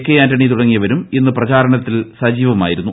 K Antony തുടങ്ങിയവരും ഇന്ന് പ്രചാരണത്തിൽ സജീ വമായിരുന്നു